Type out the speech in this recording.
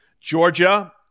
Georgia